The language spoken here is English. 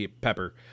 Pepper